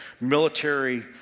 military